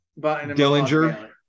Dillinger